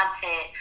content